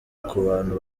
kubantu